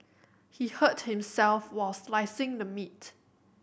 he hurt himself while slicing the meat